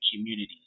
communities